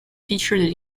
featured